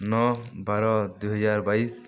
ନଅ ବାର ଦୁଇହଜାର ବାଇଶି